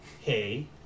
hey